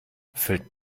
fällt